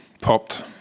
popped